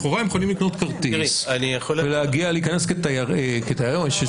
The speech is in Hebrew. לכאורה הם יכולים לקנות כרטיס ולהיכנס כתיירים ולעשות עלייה.